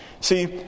See